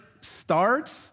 starts